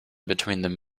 between